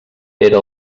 era